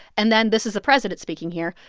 and then this is the president speaking here.